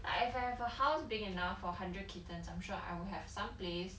I if I have a house big enough for hundred kittens I'm sure I will have some place